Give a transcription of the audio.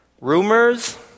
rumors